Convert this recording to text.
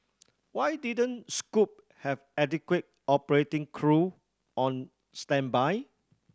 why didn't Scoot have adequate operating crew on standby